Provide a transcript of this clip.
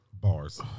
bars